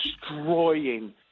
destroying